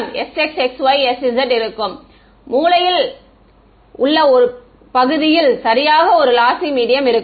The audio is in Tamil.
மாணவர் ஐயா மூலையில் உள்ள பகுதியில் சரியாக ஒரு லாசி மீடியம் இருக்கும்